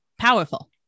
Powerful